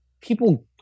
people